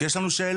כי יש לנו שאלות.